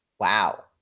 wow